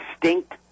distinct